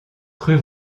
crus